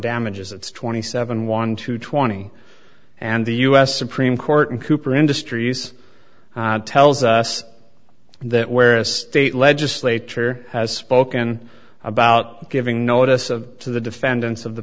damages it's twenty seven one to twenty and the u s supreme court and cooper industries tells us that where the state legislature has spoken about giving notice of the defendants of the